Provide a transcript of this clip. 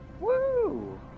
Woo